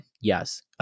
Yes